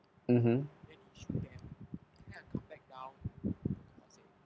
mmhmm